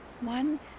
one